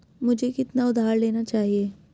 मुझे कितना उधार लेना चाहिए?